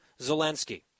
Zelensky